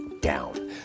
down